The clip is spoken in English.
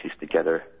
together